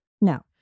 No